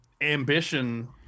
ambition